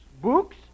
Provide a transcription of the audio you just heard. Books